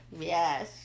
Yes